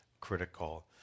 critical